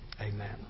Amen